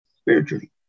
spiritually